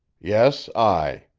yes, i.